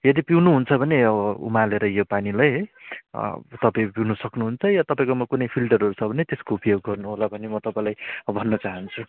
यदि पिउनुहुन्छ भने यो उमालेर यो पानीलाई है तपाईँ पिउन सक्नुहुन्छ या तपाईँकोमा कुनै फिल्टरहरू छ भने त्यसको उपयोग गर्नुहोला भन्ने म तपाईँलाई भन्न चाहन्छु